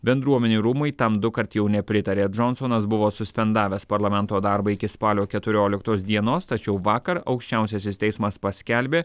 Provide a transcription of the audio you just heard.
bendruomenių rūmai tam dukart jau nepritarė džonsonas buvo suspendavęs parlamento darbą iki spalio keturioliktos dienos tačiau vakar aukščiausiasis teismas paskelbė